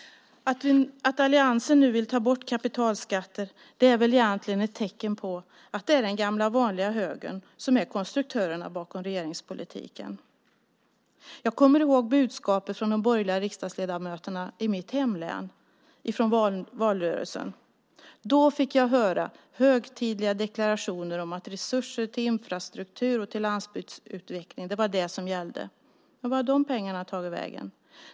Att alliansen nu vill ta bort kapitalskatter är väl ett tecken på att det är den gamla vanliga högern som är konstruktören bakom regeringspolitiken. Jag kommer ihåg budskapet under valrörelsen från de borgerliga riksdagsledamöterna i mitt hemlän. Då fick jag höra högtidliga deklarationer om att resurser till infrastruktur och landsbygdsutveckling var det som gällde. Vart har de pengarna tagit vägen?